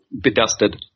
bedusted